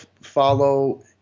follow